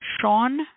Sean